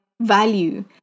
value